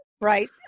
right